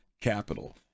capital